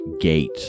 gate